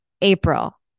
April